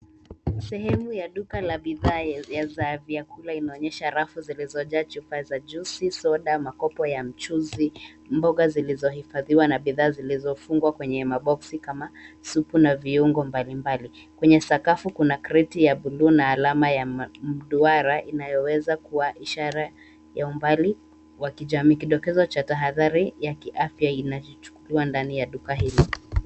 Sehemu ya duka la bidhaa za vyakula inaonyesha rafu zilizojaa chupa za juice ,soda, makopo ya mchuzi, mboga zilizohifadhiwa na bidhaa zilizofungwa kwenye maboksi kama supu na viungo mbalimbali. Kwenye sakafu kuna create ya buluu na alama ya duara inayoweza kuwa ishara ya umbali wa kijamii, kidokezo cha tahadhari ya kiafya Inayochukuliwa ndani ya duka hili.